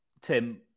Tim